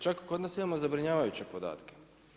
Čak, kod nas imamo zabrinjavajuće podatke.